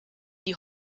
die